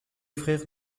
frère